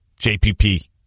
JPP